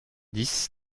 dix